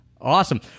Awesome